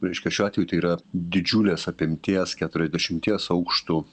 reiškia šiuo atveju tai yra didžiulės apimties keturiasdešimties aukštų